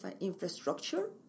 infrastructure